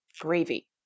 gravy